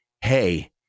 hey